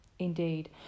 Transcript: Indeed